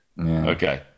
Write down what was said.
Okay